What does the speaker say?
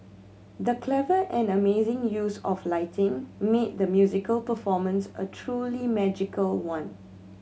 the clever and amazing use of lighting made the musical performance a truly magical one